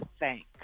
thanks